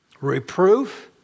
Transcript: reproof